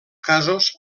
casos